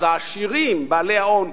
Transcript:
אז העשירים בעלי ההון,